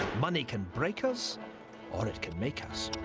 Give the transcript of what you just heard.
money can break us or it can make us.